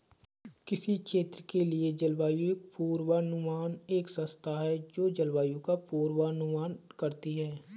किसी क्षेत्र के लिए जलवायु पूर्वानुमान एक संस्था है जो जलवायु का पूर्वानुमान करती है